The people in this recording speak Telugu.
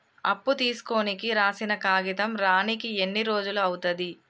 అప్పు తీసుకోనికి రాసిన కాగితం రానీకి ఎన్ని రోజులు అవుతది?